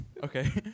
Okay